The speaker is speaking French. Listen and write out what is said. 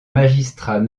magistrat